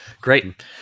Great